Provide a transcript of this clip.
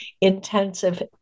intensive